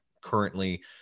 currently